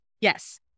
Yes